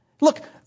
Look